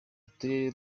uturere